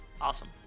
Awesome